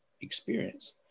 experience